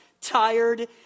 tired